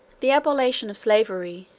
the abolition of slavery,